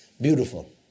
beautiful